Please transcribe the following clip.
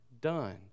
done